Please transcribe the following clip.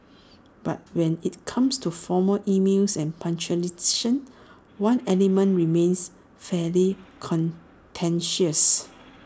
but when IT comes to formal emails and punctuation one element remains fairly contentious